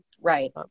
Right